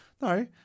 no